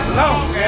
long